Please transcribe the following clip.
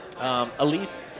Elise